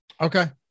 Okay